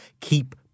keep